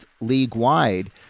league-wide